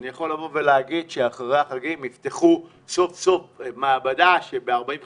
אני יכול לבוא ולהגיד שאחרי החגים יפתחו סוף סוף מעבדה שב-45